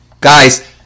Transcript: Guys